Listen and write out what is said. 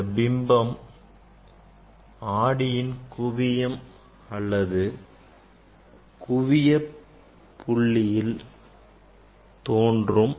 இந்த பிம்பம் ஆடியின் குவியம் அல்லது குவியப் புள்ளியில் தோன்றும்